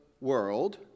world